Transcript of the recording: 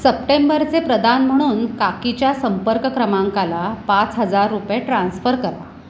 सप्टेंबरचे प्रदान म्हणून काकीच्या संपर्क क्रमांकाला पाच हजार रुपये ट्रान्स्फर करा